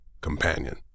companion